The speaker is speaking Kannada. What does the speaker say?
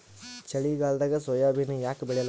ಚಳಿಗಾಲದಾಗ ಸೋಯಾಬಿನ ಯಾಕ ಬೆಳ್ಯಾಲ?